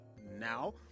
now